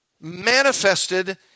manifested